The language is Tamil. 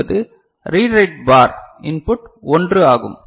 என்பது ரீட் ரைட் பார் இன்புட் 1 ஆகும்